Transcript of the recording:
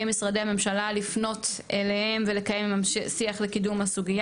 משרדי הממשלה לפנות אליהם ולקיים עמם שיח לקידום הסוגיה.